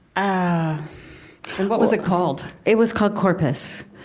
ah and what was it called? it was called corpus.